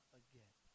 again